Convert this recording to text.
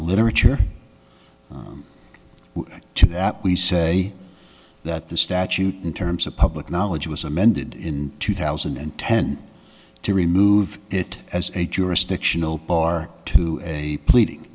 literature to that we say that the statute in terms of public knowledge was amended in two thousand and ten to remove it as a jurisdictional bar to a pleading